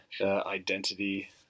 identity